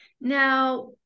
Now